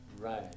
Right